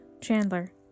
Chandler